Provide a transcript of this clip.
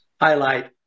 highlight